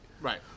Right